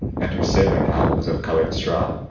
and her sailor hat was of coloured straw.